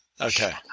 Okay